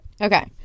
Okay